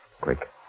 Quick